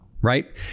Right